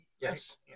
Yes